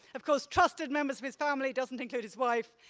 of course, trusted members of his family doesn't include his wife.